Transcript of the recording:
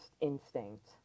instinct